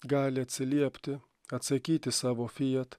gali atsiliepti atsakyti savo fiat